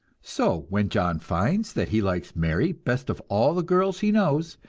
so when john finds that he likes mary best of all the girls he knows,